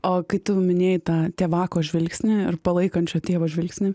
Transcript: o kai tu minėjai tą tėvako žvilgsnį ir palaikančio tėvo žvilgsnį